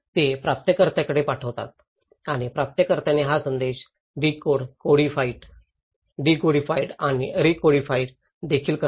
ते ते प्राप्तकर्त्याकडे पाठवतात आणि प्राप्तकर्त्याने हा संदेश डीकोड डीकोडिफाई आणि रीकोडिफाई देखील करते